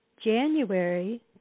January